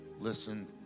Listen